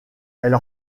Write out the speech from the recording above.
elle